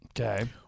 Okay